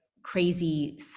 crazy